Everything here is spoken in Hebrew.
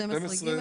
של 12ג?